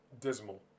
dismal